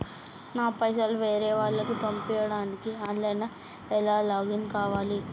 నా పైసల్ వేరే వాళ్లకి పంపడానికి ఆన్ లైన్ లా ఎట్ల లాగిన్ కావాలి?